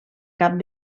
cap